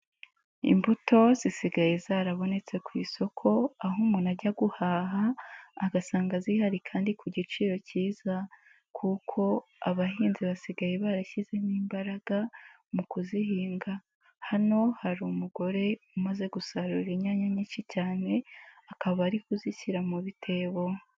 Imbuto zisigaye zarabonetse ku isoko aho umuntu ajya guhaha, agasanga zihari kandi ku giciro kiza kuko abahinzi basigaye barashyizemo imbaraga mu kuzihinga, hano hari umugore umaze gusarura inyanya nyinshi cyane, akaba ari kuzishyira mu bitebo.